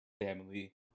family